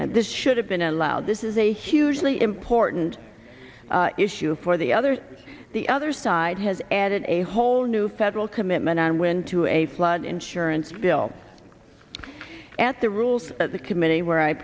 and this should have been allowed this is a hugely important issue for the others the other side has added a whole new federal commitment on when to a flood insurance bill at the rules committee where i